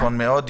נכון מאוד.